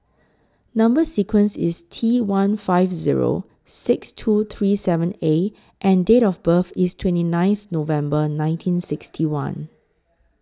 Number sequence IS T one five Zero six two three seven A and Date of birth IS twenty ninth November nineteen sixty one